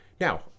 Now